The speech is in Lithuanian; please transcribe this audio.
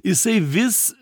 jisai vis